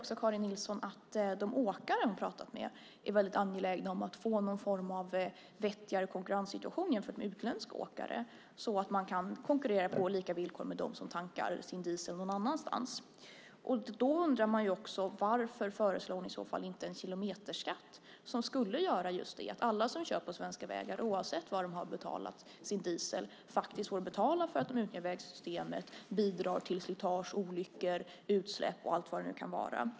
Karin Nilsson säger att de åkare hon talat med är väldigt angelägna om att få någon form av vettigare konkurrenssituation i jämförelse med utländska åkare så att de kan konkurrera på lika villkor med dem som tankar sin diesel någon annanstans. Varför föreslår ni i så fall inte en kilometerskatt som skulle göra just det? Alla som kör på svenska vägar oavsett var de har betalat sin diesel får betala för att de nyttjar vägsystemet, bidrar till slitage, olyckor, utsläpp och allt vad det nu kan vara.